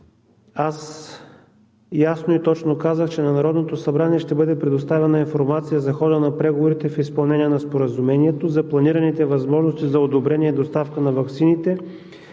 за покупка на ваксини. На Народното събрание ще бъде предоставена информация за хода на преговорите в изпълнение на Споразумението за планираните възможности за одобрение и доставка на ваксините